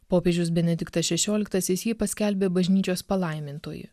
popiežius benediktas šešioliktasis jį paskelbė bažnyčios palaimintuoju